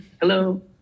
hello